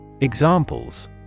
Examples